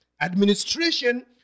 administration